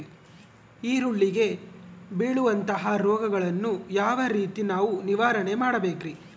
ಈರುಳ್ಳಿಗೆ ಬೇಳುವಂತಹ ರೋಗಗಳನ್ನು ಯಾವ ರೇತಿ ನಾವು ನಿವಾರಣೆ ಮಾಡಬೇಕ್ರಿ?